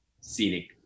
scenic